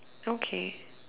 okay